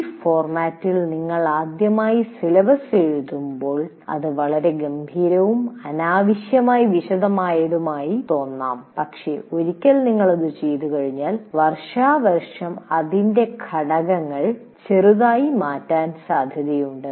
ഈ ഫോർമാറ്റിൽ നിങ്ങൾ ആദ്യമായി സിലബസിലേക്ക് എഴുതുമ്പോൾ അത് വളരെ ഗംഭീരവും അനാവശ്യമായി വിശദമായതുമായി തോന്നാം പക്ഷേ ഒരിക്കൽ നിങ്ങൾ അത് ചെയ്തുകഴിഞ്ഞാൽ വർഷാവർഷം നിങ്ങൾ അതിന്റെ ഘടകങ്ങൾ ചെറുതായി മാറ്റാൻ സാധ്യതയുണ്ട്